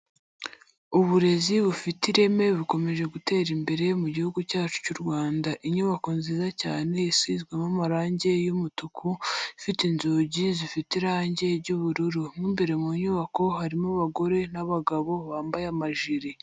Uburezi bufite ireme bukomeje gutera imbere mu Gihugu cyacu cy'u Rwanda, inyubako nziza cyane isizwemo amarangi y'umutuku ifite inzugi zifite irangi ry'ubururu, mo imbere mu nyubako harimo abagore n'abagabo bambaye amajiri.